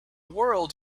world